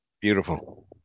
Beautiful